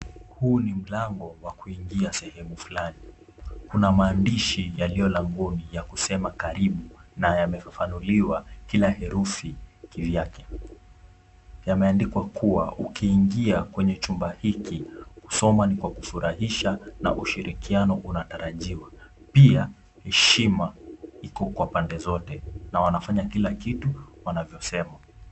Huu ni mlango wa kuingia sehemu fulani. Kuna maandishi yaliyo langoni ya kusema karibu na yamefafanuliwa kila herufi kivyake. Yameandikwa kuwa ukiingia kwenye chumba hiki, kusoma ni kwa kufurahisha na ushirikiano unatarajiwa. Pia heshima iko kwa pande zote na wanafanya kila kitu wanachosema.